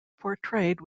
portrayed